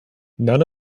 none